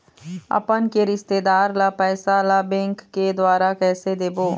अपन के रिश्तेदार ला पैसा ला बैंक के द्वारा कैसे देबो?